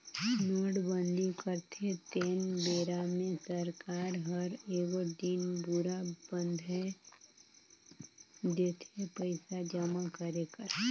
नोटबंदी करथे तेन बेरा मे सरकार हर एगोट दिन दुरा बांएध देथे पइसा जमा करे कर